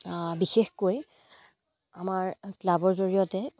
বিশেষকৈ আমাৰ ক্লাবৰ জৰিয়তে